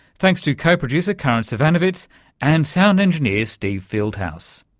thanks to co producer karin zsivanovits and sound engineer steve fieldhouse.